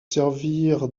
servir